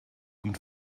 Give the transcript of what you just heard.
und